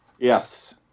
Yes